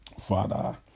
Father